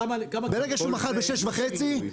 כמה -- ברגע שהוא מכר ב-6.5 ₪,